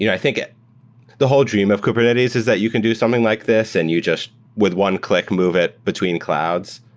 i think it the whole dream of kubernetes is that you can do something like this and you just with one click move it between clouds.